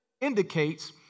indicates